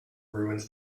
ruins